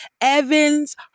Evans